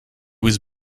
was